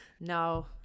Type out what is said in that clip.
No